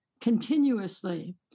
continuously